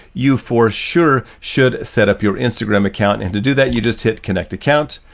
you for sure should set up your instagram account and to do that, you just hit connect account.